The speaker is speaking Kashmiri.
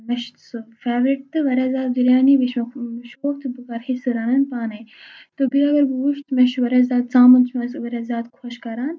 مےٚ چھِ سُہ فیورِٹ تہٕ واریاہ زیادٕ بِریانی بیٚیہِ چھُ مےٚ شوق تہٕ بہٕ کَرٕ ہیٚچھِ سۅ رَنٕنۍ پانَے تہٕ بیٚیہِ اگر بہٕ وُچھ تہٕ مےٚ چھُ واریاہ زیادٕ ژامن چھِ مےٚ واریاہ زیادٕ خۄش کَران